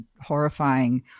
horrifying